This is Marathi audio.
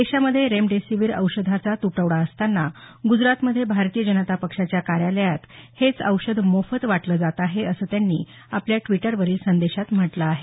देशामध्ये रेमडेसिवीर औषधाचा तुटवडा असताना ग्जरातमध्ये भारतीय जनता पक्षाच्या कार्यालयात हेच औषध मोफत वाटले जात आहे असं त्यांनी आपल्या ड्विटरवरील सदेशात म्हटल आहे